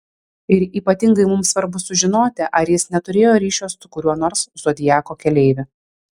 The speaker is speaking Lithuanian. ir ypatingai mums svarbu sužinoti ar jis neturėjo ryšio su kuriuo nors zodiako keleiviu